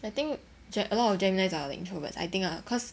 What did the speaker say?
I think gem~ a lot of geminis are like introverts I think ah cause